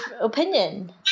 opinion